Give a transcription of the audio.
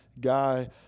guy